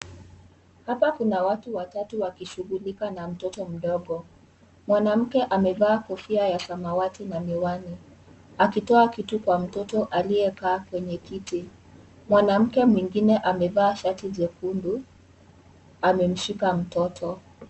Hapa kuna watu watatu wakishughulika na mtoto mdogo. Mwanamke amevaa kofia ya samawati na miwani, akitoa kitu kwa mtoto aliyekaa kwenye kiti. Mwanamke mwingine amevaa shati jekundu, amemshika mtoto.